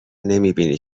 نمیبینی